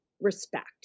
respect